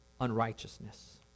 unrighteousness